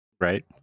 Right